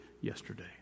yesterday